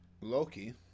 Loki